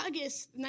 August